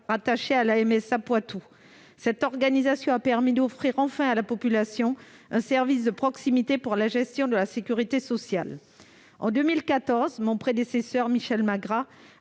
rattaché à la MSA Poitou. Cette organisation a permis d'offrir enfin à la population un service de proximité pour la gestion de la sécurité sociale. En 2014, mon prédécesseur, Michel Magras,